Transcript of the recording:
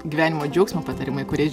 gyvenimo džiaugsmo patarimai kuriais